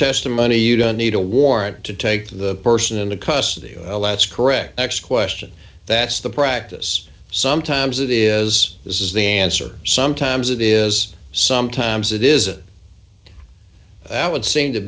testimony you don't need a warrant to take the person into custody let's correct x question that's the practice sometimes it is this is the answer sometimes it is sometimes it is it that would seem to